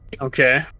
okay